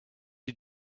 you